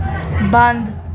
بنٛد